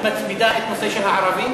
את מצמידה את נושא הערבים דווקא?